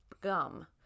gum